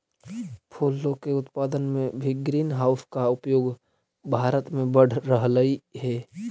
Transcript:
फूलों के उत्पादन में भी ग्रीन हाउस का उपयोग भारत में बढ़ रहलइ हे